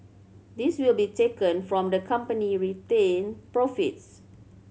this will be taken from the company retained profits